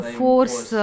force